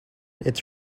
its